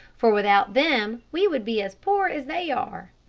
for without them we would be as poor as they are.